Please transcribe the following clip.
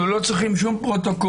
אנחנו לא צריכים שום פרוטוקול.